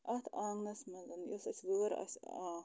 اَتھ آنٛگنَس منٛز یۄس اَسہِ وٲر آسہِ